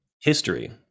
history